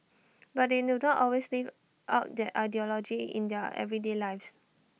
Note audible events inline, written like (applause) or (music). (noise) but they do not always live out that ideology in their everyday lives